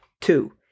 two